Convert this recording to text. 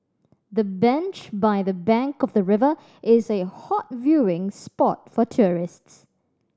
the bench by the bank of the river is a hot viewing spot for tourists